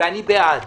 אני בעד